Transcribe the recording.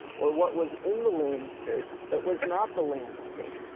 or what was in the landscape that was not the landscape.